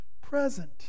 present